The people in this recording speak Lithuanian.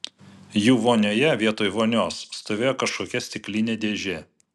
jų vonioje vietoj vonios stovėjo kažkokia stiklinė dėžė